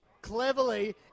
Cleverly